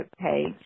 page